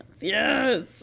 Yes